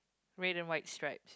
red and white stripes